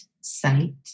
sight